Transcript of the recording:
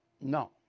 No